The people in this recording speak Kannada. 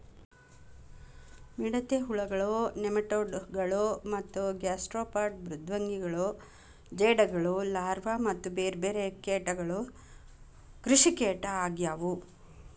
ಮಿಡತೆ ಹುಳಗಳು, ನೆಮಟೋಡ್ ಗಳು ಮತ್ತ ಗ್ಯಾಸ್ಟ್ರೋಪಾಡ್ ಮೃದ್ವಂಗಿಗಳು ಜೇಡಗಳು ಲಾರ್ವಾ ಮತ್ತ ಬೇರ್ಬೇರೆ ಕೇಟಗಳು ಕೃಷಿಕೇಟ ಆಗ್ಯವು